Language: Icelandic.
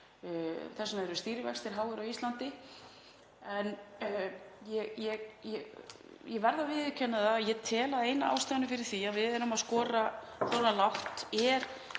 Þess vegna eru stýrivextir háir á Íslandi. En ég verð að viðurkenna það, að ég tel eina af ástæðunum fyrir því að við erum að skora svona lágt vera